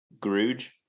Grooge